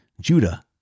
Judah